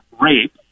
rape